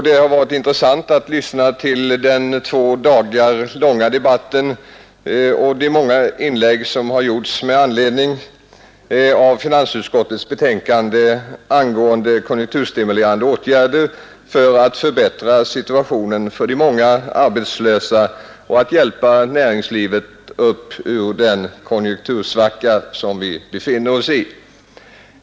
Det har varit intressant att lyssna till den två dagar långa debatten och de många inlägg som gjorts med anledning av finansutskottets betänkande angående konjunkturstimulerande åtgärder för att förbättra situationen för de många arbetslösa och hjälpa näringslivet ut ur den konjunktursvacka som vi befinner oss i.